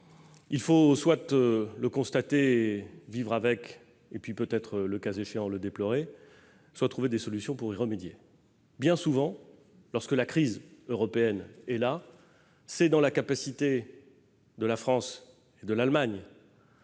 il faut soit le constater, vivre avec et, le cas échéant, le déplorer, soit trouver des solutions pour y remédier. Bien souvent, lorsque la crise européenne est là, c'est dans la capacité de la France et de l'Allemagne